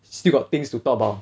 still got things to talk about